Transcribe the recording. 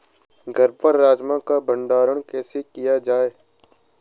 घर पर राजमा का भण्डारण कैसे किया जाय?